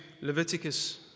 Leviticus